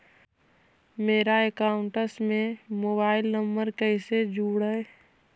मेरा अकाउंटस में mobile number कैसे जुड़उ?